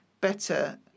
better